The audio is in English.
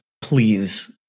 please